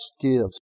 gives